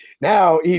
Now